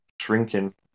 shrinking